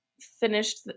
finished